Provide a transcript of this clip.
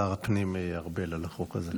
שר הפנים ארבל, על החוק הזה.